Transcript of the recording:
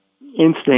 instinct